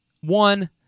One